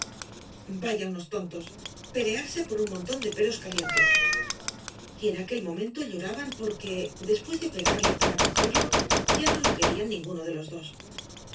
vaya unos tontos pelearse por un montón de pelos calientes y en aquel momento lloraban porque después de pegarle para cogerlo ya no lo querían ninguno de los dos